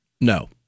No